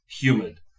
humid